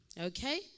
Okay